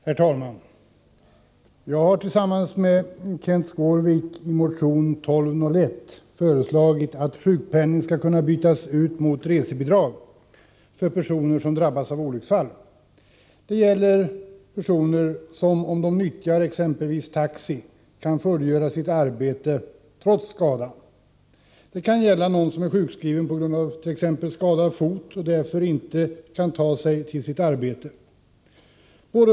Herr talman! Jag har tillsammans med Kenth Skårvik i motion 1201 föreslagit att sjukpenning skall kunna bytas ut mot resebidrag för personer som drabbas av olycksfall. Det gäller personer som om de nyttjar exempelvis taxi kan fullgöra sitt arbete trots skadan. Det kan gälla en person som är sjukskriven på grund av t.ex. en skadad fot och därför inte själv kan ta sig till sitt arbete.